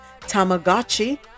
Tamagotchi